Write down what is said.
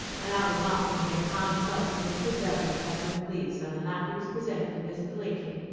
and i remarked to him how much mr. douglass had been pleased on the night he was presented to mr. lincoln.